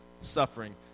Suffering